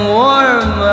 warm